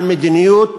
על המדיניות